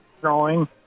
throwing